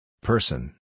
Person